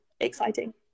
exciting